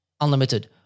unlimited